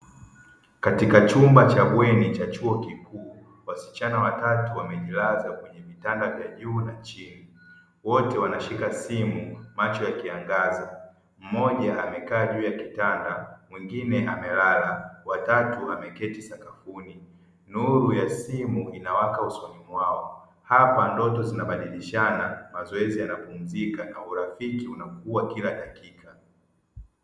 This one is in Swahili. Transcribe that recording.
Katika chumba cha bweni cha chuo kikuu, wasichana watatu wamejilaza kwenye vitanda vya juu na chini, wote wanashika simu macho yakiangaza. Mmoja amekaa juu ya kitanda, mwingine amelala, wa tatu ameketi sakafuni, nuru ya simu inawaka usoni mwao. Hapa ndoto zinabadilishana, mazoezi yanapumzika na urafiki unakua kila dakika.